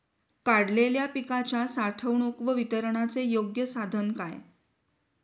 काढलेल्या पिकाच्या साठवणूक व वितरणाचे योग्य साधन काय?